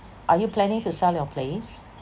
are you planning to sell your place